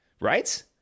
Right